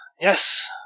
yes